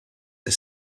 the